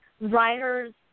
writers